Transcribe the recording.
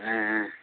ஆஆ